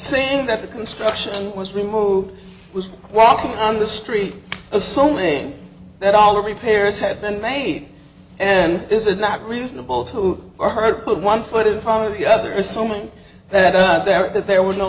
saying that the construction was removed was walking down the street assuming that all repairs had been made and this is not reasonable to her put one foot in front of the other assuming that there that there was no